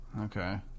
Okay